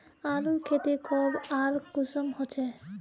आलूर खेती कब आर कुंसम होचे?